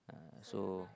ah so